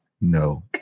no